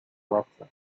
ławce